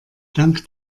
dank